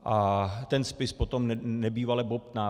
A ten spis potom nebývale bobtná.